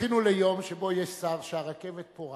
זכינו ליום שבו יש שר שהרכבת אצלו פורחת,